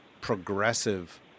progressive